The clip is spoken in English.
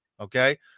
Okay